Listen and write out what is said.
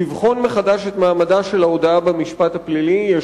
לבחון מחדש את מעמדה של ההודאה במשפט הפלילי.